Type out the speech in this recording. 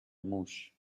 موش